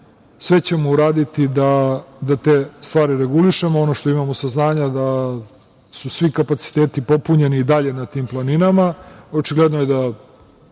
Sve ćemo uraditi da te stvari regulišemo. Ono što imamo saznanja da su svi kapaciteti popunjeni i dalje na tim planinama. Očigledno je da